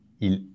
il